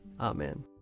Amen